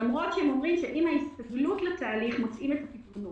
למרות שהם אומרים שעם ההסתגלות לתהליך מוצאים את הפתרונות.